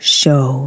show